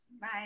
Bye